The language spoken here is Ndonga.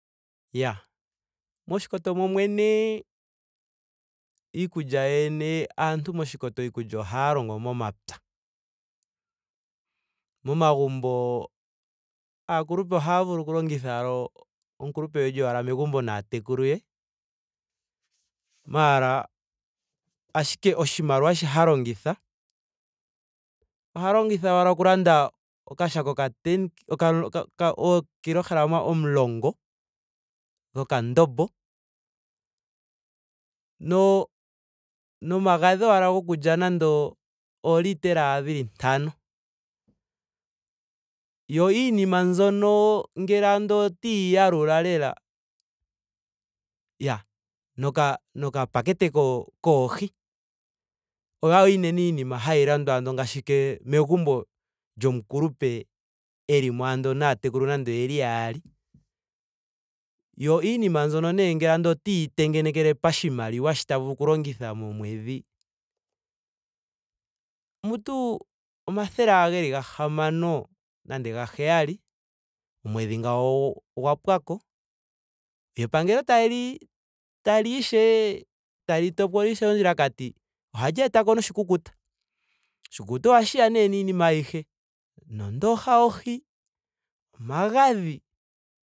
Iyaa moshikoto momwene iikulya yoyene aantu moshikoto iikulya ohaa longo momapya. momagumbo aakulupe ohaa vulu longitha owala. omukulupe eli owala megumbo naatekulu ye. maara ashike oshimaliwa shi ha longitha. oha longitha owala oku landa okashako oka ten k- oka. oo kilograma omulongo. dhokandombo. no- nomagadhi owala goku lya nando oolitre dhili ntano. Yo iinima mbyono ngele andola otandi yi yalula lela. iyaa nokapateke ko- koohi. oyo ashike unene iinima hayi landwa ando ngaashi ke- megumbo lyomukulupe eli mo andola naatekuli yeli nando oyeli yaali. Yo nee iinima mbyono ngele andola otandi yi tengenekele pashimaliwa shi ta vulu oku longitha momwedhi. mutu omathele ashike geli gahamano nenge gaheyali. omwedhi ngawo ogwa pwa ko. lyo epangelo tali tali ya ishewe li- tali topola ishewe ondjilakati. ohali eako noshikukuta. Oshikukuta ohashi ya nee niinima ayihe. nondooha yohi. omagadhi